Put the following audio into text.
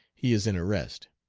he is in arrest.